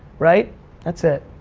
right that's it.